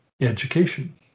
education